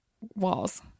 walls